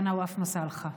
מסאלחה,